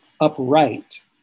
upright